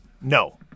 No